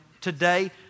today